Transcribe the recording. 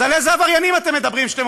אז על איזה עבריינים אתם מדברים כשאתם